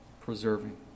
preserving